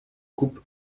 coupe